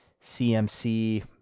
CMC